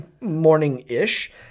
morning-ish